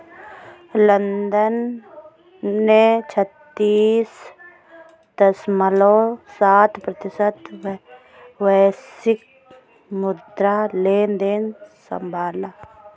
London ने छत्तीस दश्मलव सात प्रतिशत वैश्विक मुद्रा लेनदेन संभाला